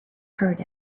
heard